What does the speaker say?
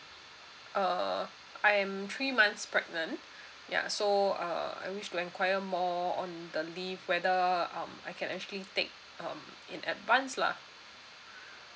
uh I'm three months pregnant ya so uh I wish to enquire more on the leave whether um I can actually take um in advance lah